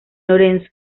lorenzo